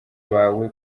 bawe